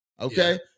okay